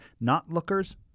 not-lookers